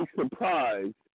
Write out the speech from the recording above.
surprised